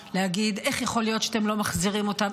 להגיד: איך יכול להיות שאתם לא מחזירים אותם?